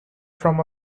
from